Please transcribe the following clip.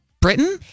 Britain